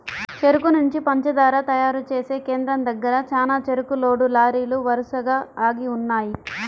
చెరుకు నుంచి పంచదార తయారు చేసే కేంద్రం దగ్గర చానా చెరుకు లోడ్ లారీలు వరసగా ఆగి ఉన్నయ్యి